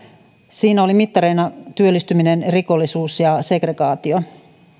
siinä olivat mittareina työllistyminen rikollisuus ja segregaatio